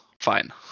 fine